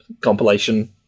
compilation